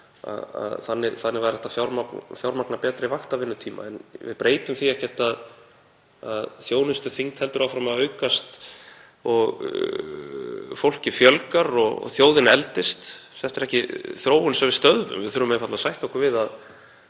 því að þannig væri hægt að fjármagna betri vaktavinnutíma. En við breytum því ekkert að þjónustuþyngd heldur áfram að aukast og fólki fjölgar og þjóðin eldist. Þetta er ekki þróun sem við stöðvum og við þurfum einfaldlega að sætta okkur við að